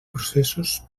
processos